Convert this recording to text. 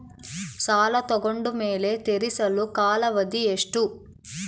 ಸಾಲ ತಗೊಂಡು ಮೇಲೆ ತೇರಿಸಲು ಕಾಲಾವಧಿ ಎಷ್ಟು?